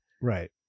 Right